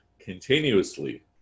continuously